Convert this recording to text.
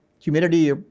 humidity